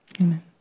Amen